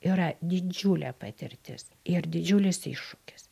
yra didžiulė patirtis ir didžiulis iššūkis